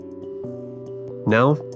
Now